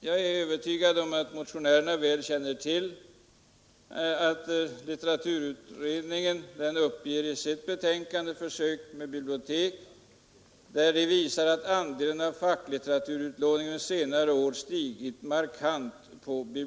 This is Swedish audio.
Jag är övertygad om att motionärerna väl känner till att litteraturutredningen i sitt betänkande Försök med bibliotek uppger att andelen facklitteraturutlåning under senare år stigit markant.